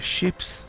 Ships